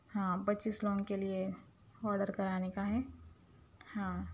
ہاں پچیس لوگوں کے لیے آرڈر کرانے کا ہے ہاں